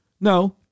No